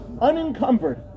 unencumbered